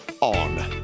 on